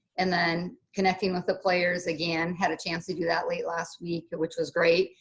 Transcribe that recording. and then connecting with the players again. had a chance to do that late last week which was great.